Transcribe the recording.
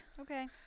Okay